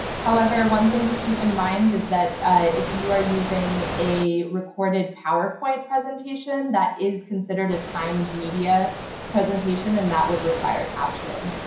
however, one thing to keep in mind is that if you are using a recorded powerpoint presentation, that is considered a timed media presentation, and that would require captioning.